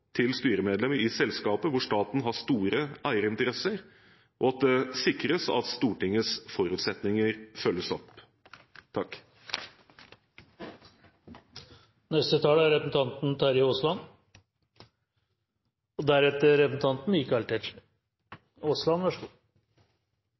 i selskaper hvor staten har store eierinteresser, og at det sikres at Stortingets forutsetninger følges opp. La meg starte med å si at jeg også er